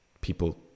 people